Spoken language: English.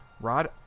Rod